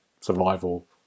survival